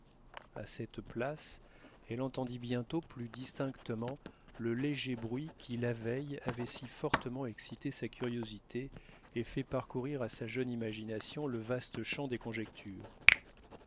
a cette place elle entendit bientôt plus distinctement le léger bruit qui la veille avait si fortement excité sa curiosité et fait parcourir à sa jeune imagination le vaste champ des conjectures